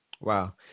Wow